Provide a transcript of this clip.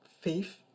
faith